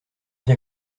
bien